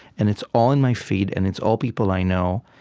and it's all in my feed, and it's all people i know,